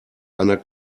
einer